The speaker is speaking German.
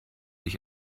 ich